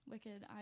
Wicked